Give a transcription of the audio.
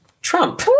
Trump